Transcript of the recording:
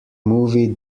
movie